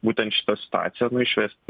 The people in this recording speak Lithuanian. būtent šita situacija nu išvesti